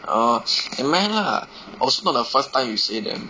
orh che~ nevermind lah also not the first time you say them